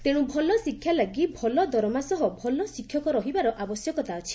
ତେଶୁ ଭଲ ଶିକ୍ଷା ଲାଗି ଭଲ ଦରମା ସହ ଭଲ ଶିକ୍ଷକ ରହିବାର ଆବଶ୍ୟକତା ଅଛି